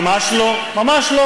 ממש לא.